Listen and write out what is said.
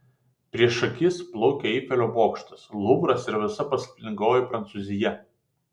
prieš akis plaukė eifelio bokštas luvras ir visa paslaptingoji prancūzija